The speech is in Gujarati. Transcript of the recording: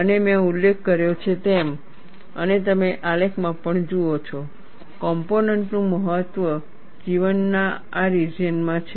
અને મેં ઉલ્લેખ કર્યો છે તેમ અને તમે આલેખમાં પણ જુઓ છો કોમ્પોનેન્ટનું મહત્તમ જીવન આ રિજિયન માં છે